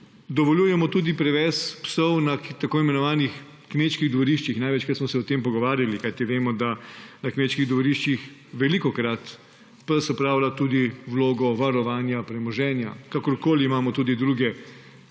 Dovoljujemo tudi privez psov na tako imenovanih kmečkih dvoriščih. Največkrat smo se o tem pogovarjali, kajti vemo, da na kmečkih dvoriščih velikokrat pes opravlja tudi vlogo varovanja premoženja. Kakorkoli, imamo tudi druge